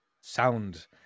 sound